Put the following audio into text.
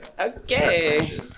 okay